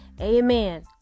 amen